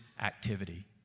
activity